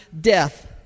death